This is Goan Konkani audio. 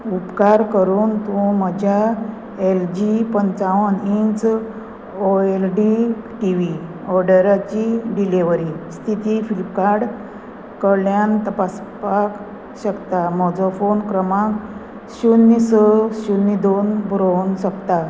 उपकार करून तूं म्हज्या एल जी पंचावन inch O L D T V ऑर्डराची डिलिव्हरी स्थिती फ्लिपकार्ट कडल्यान तपासपाक शकता म्हजो फोन क्रमांक शुन्य स शुन्य दोन बरोवंक शकता